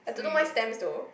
something like that